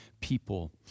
people